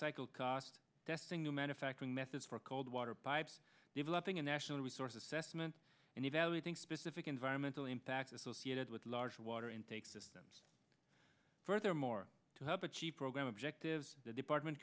cycle cost testing new manufacturing methods for cold water pipes developing a national resource assessment and evaluating specific environmental impacts associated with large water intake systems furthermore to help achieve program objectives the department